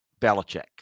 Belichick